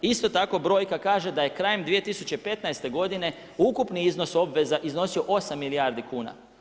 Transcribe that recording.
Isto tako brojka kaže da je krajem 2015. godine ukupni iznos obveza iznosio 8 milijardi kuna.